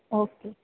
okay